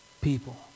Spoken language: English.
people